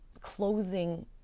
closing